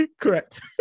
Correct